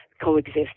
coexist